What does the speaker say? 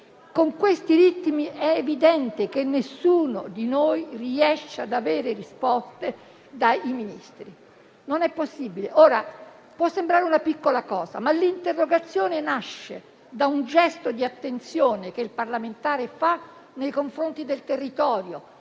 Con questi ritmi è evidente che nessuno di noi riesce ad avere risposte dai Ministri; non è possibile. Ora, può sembrare una piccola cosa, ma l'interrogazione nasce da un gesto di attenzione che il parlamentare fa nei confronti del territorio,